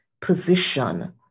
position